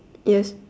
yes